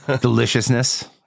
deliciousness